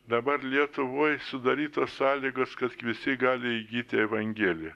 dabar lietuvoj sudarytos sąlygas kad visi gali įgyti evangeliją